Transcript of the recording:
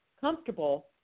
comfortable